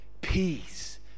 peace